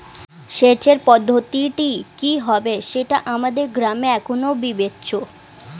সেচের পদ্ধতিটি কি হবে সেটা আমাদের গ্রামে এখনো বিবেচ্য